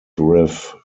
riff